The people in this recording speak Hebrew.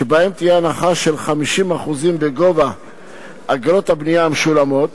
שבהם תהיה הנחה של 50% בגובה אגרות הבנייה המשולמות.